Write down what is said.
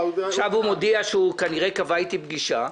עכשיו הוא מודיע שהוא כנראה קבע איתי פגישה.